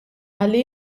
ħalli